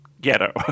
Ghetto